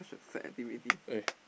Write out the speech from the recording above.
sad activity